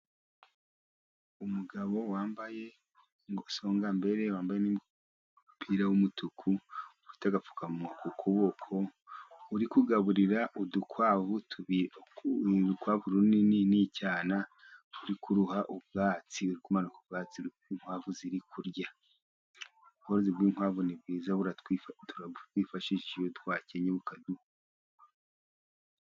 Umugabo wambaye ingo_songambere wambaye n' umupira w' umutuku, afite agapfukamunwa ku kuboko, ari kugaburira udukwavu, urunini n' icyana ari kuruha ubwatsi, ari kumanika ubwatsi bw' inkwavu ziri kurya. Ubworozi bw' inkwavu ni bwiza turabwifashisha iyo twakenye kabukaduh(...).